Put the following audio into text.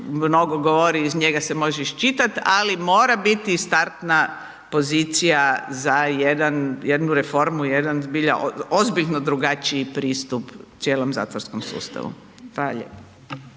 mnogo govori, iz njega se može iščitat, ali mora biti startna pozicija za jedan, jednu reformu, jedan zbilja ozbiljno drugačiji pristup cijelom zatvorskom sustavu.